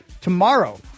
tomorrow